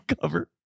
cover